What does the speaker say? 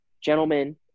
gentlemen